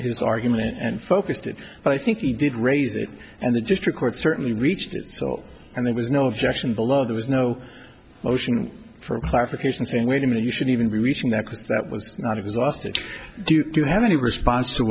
his argument and focused it but i think he did raise it and the district court certainly reached it so and there was no objection below there was no motion for a clarification saying wait a minute you should even be reaching that because that was not exhausted do you have any response to